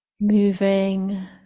Moving